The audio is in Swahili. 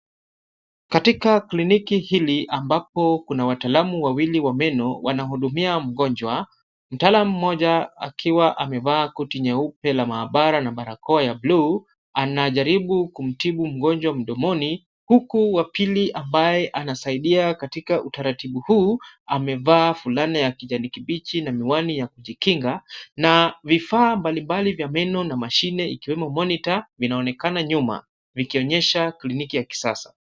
Katika kliniki hili ambapo kuna wataalamu wawili wa meno wanahudumia mgonjwa. Mtaalam mmoja akiwa amevaa koti nyeupe la maabara na barakoa ya bluu, anajaribu kumtibu mgonjwa mdomoni huku wapili ambaye anasaidia katika utaratibu huu amevaa fulana ya kijani kibichi na miwani ya kujikinga na vifaa mbalimbali vya meno na mashine ikiwemo monita inaonekana nyuma, vikionyesha kliniki ya kisasa.